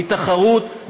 מתחרות,